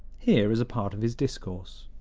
here is a part of his discourse